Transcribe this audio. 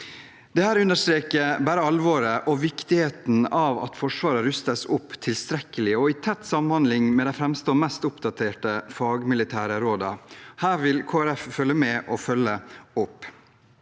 Dette understreker alvoret og viktigheten av at Forsvaret rustes opp tilstrekkelig og i tett samhandling med de fremste og mest oppdaterte fagmilitære rådene. Her vil Kristelig Folkeparti følge med og følge opp.